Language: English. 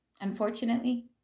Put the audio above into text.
Unfortunately